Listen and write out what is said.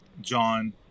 john